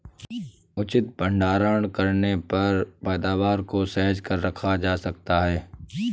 उचित भंडारण करने पर पैदावार को सहेज कर रखा जा सकता है